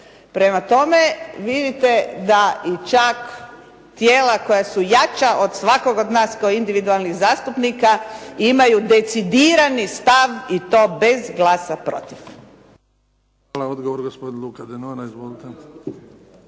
Prema tome, vidite da i čak tijela koja su jača od svakog od nas kao individualnih zastupnika imaju decidirani stav i to bez glasa protiv. **Bebić, Luka (HDZ)** Hvala. Odgovor, gospodin Luka Denona. Izvolite.